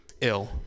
ill